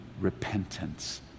repentance